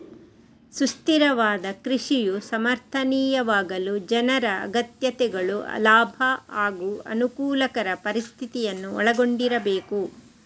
ಸುಸ್ಥಿರವಾದ ಕೃಷಿಯು ಸಮರ್ಥನೀಯವಾಗಲು ಜನರ ಅಗತ್ಯತೆಗಳು ಲಾಭ ಹಾಗೂ ಅನುಕೂಲಕರ ಪರಿಸ್ಥಿತಿಯನ್ನು ಒಳಗೊಂಡಿರಬೇಕು